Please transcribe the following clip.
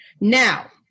Now